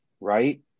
Right